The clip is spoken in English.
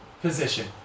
position